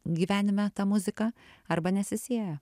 gyvenime ta muzika arba nesisieja